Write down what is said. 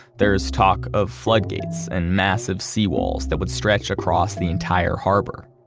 there is talk of floodgates and massive seawalls that would stretch across the entire harbor.